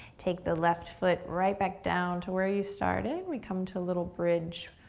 take the left foot right back down to where you started. we come to a little bridge